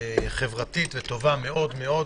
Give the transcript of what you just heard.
חברתית וטובה מאוד מאוד.